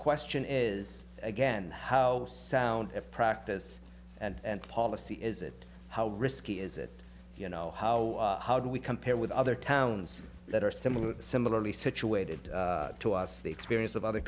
question is again how sound of practice and policy is it how risky is it you know how how do we compare with other towns that are similar similarly situated to us the experience of other